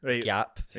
gap